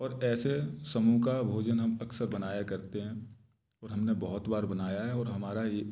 और ऐसे समूह का भोजन हम अक्सर बनाया करते हैं और हमने बहुत बार बनाया है और हमारा ये